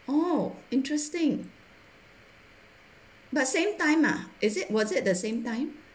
oh interesting but same time ah is it was it the same time